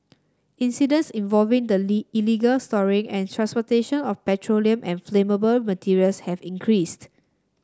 incidents involving the illegal storing and transportation of petroleum and flammable materials have increased